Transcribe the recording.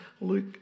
Luke